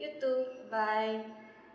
you too bye